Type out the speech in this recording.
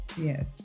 Yes